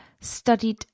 studied